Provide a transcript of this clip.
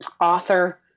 author